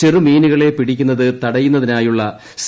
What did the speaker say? ചെറുമീനുകളെ പിടിക്കുന്നത് തടയുന്നതിനായിയുള്ള സി